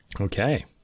Okay